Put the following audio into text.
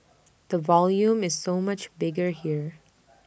the volume is so much bigger here